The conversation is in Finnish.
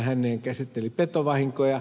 hänninen käsitteli eli petovahinkoihin